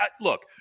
look